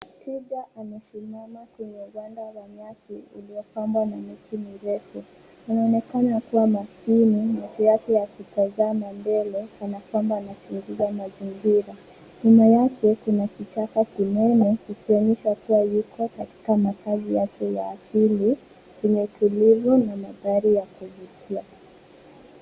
Twiga amesimama kwenye uwanda wa nyasi iliyopambwa na miti mirefu. Anaonekana kuwa makini, macho yake yakitazama mbele kana kwamba anachunguza mazingira. Nyuma yake, kuna kichaka kimeme kikionyesha kuwa yuko katika makazi yake ya asili, yenye utulivu na mandhari ya kuvutia.